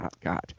God